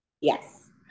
Yes